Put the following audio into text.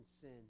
sin